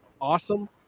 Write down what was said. awesome